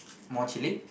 more chilli